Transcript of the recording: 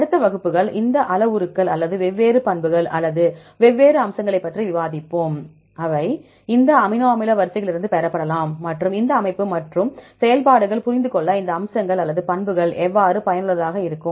அடுத்த வகுப்புகள் இந்த அளவுருக்கள் அல்லது வெவ்வேறு பண்புகள் அல்லது வெவ்வேறு அம்சங்களைப் பற்றி விவாதிப்போம் அவை இந்த அமினோ அமில வரிசைகளிலிருந்து பெறப்படலாம் மற்றும் இந்த அமைப்பு மற்றும் செயல்பாடுகள் புரிந்துகொள்ள இந்த அம்சங்கள் அல்லது பண்புகள் எவ்வாறு பயனுள்ளதாக இருக்கும்